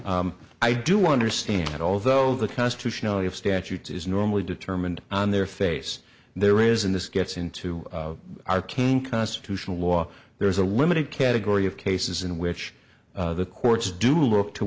i do understand that although the constitutionality of statutes is normally determined on their face there isn't this gets into arcane constitutional law there is a limited category of cases in which the courts do look to